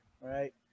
right